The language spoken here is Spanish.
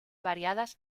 variadas